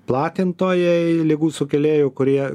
platintojai ligų sukėlėjų kurie